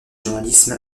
journalisme